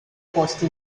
posti